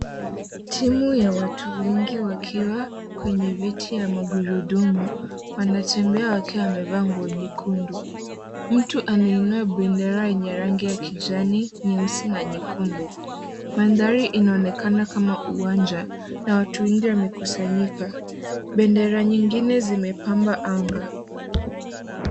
Timu ya watu wengi wakiwa kwenye viti ya magurudumu wanatembea wakiwa wamevaa nguo nyekundu. Mtu anainua bendera yenye rangi ya kijani ,nyeusi na nyekundu. Mandhari inaonekana kama uwanja na watu wengi wamekusanyika. Bendera nyingine zimepamba anga.